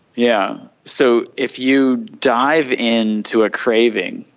yeah so if you dive into a craving,